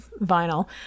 vinyl